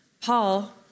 Paul